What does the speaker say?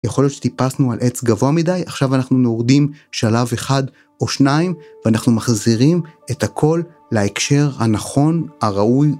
יכול להיות שטיפסנו על עץ גבוה מדי, עכשיו אנחנו יורדים שלב אחד או שניים, ואנחנו מחזירים את הכל להקשר הנכון, הראוי, ונכון.